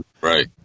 Right